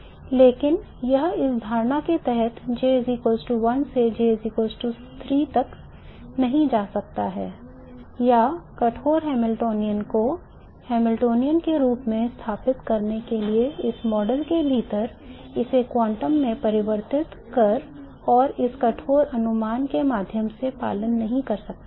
लेकिन यह इस धारणा के तहत J 1 से J 3 तक नहीं जा सकता है या कठोर Hamiltonian को क्लासिकल Hamiltonian के रूप में स्थापित करने के इस मॉडल के भीतर इसे क्वांटम में परिवर्तित कर और इस कठोर अनुमान के माध्यम से पालन नहीं कर सकता है